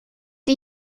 die